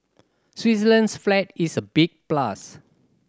Switzerland's flag is a big plus